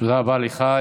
תודה רבה לך.